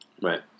right